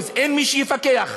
אין מי שיפקח,